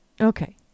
Okay